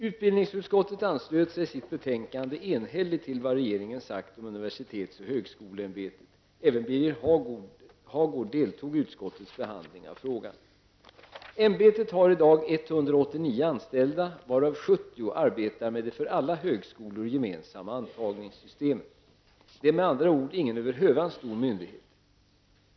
Utbildningsutskottet anslöt sig i sitt betänkande enhälligt till vad regeringen sagt om UHÄ. Även UHÄ har i dag 189 anställda, varav 70 arbetar med det för alla högskolor gemensamma antagningssystemet. Det är med andra ord ingen över hövan stor myndighet.